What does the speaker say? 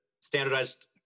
standardized